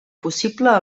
possible